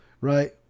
right